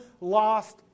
lost